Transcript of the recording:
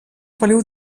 feliu